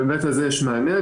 בהיבט הזה יש מענה.